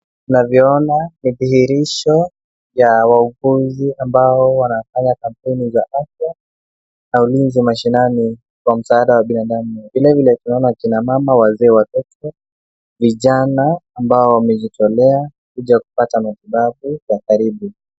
Tunavyoona ni dhihirisho ya wanauguzi ambao wanafanya kampeni za afya na ulinzi mashinani kwa msaada wa binadamu. Vilevile tunaona kinamama wazee wameketi vijana ambao wamejitolea kuja kupata matibabu ya karibu